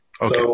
Okay